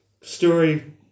story